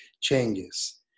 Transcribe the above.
changes